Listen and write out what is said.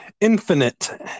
infinite